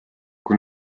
kui